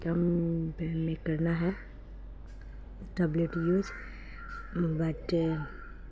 کم پے میں کرنا ہے ٹیبلیٹ یوز بٹ